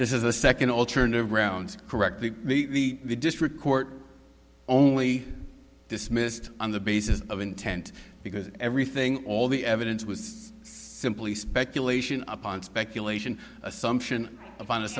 this is the second alternative grounds correctly the district court only dismissed on the basis of intent because everything all the evidence was simply speculation upon speculation assumption